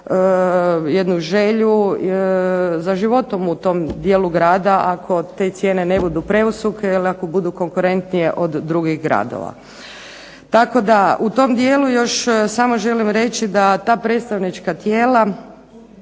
jednu želju za životom u tom dijelu grada, ako te cijene ne budu previsoke, ili ako budu konkurentnije od drugih gradova. Tako da u tom dijelu još samo želim reći da ta predstavnička tijela